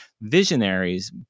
Visionaries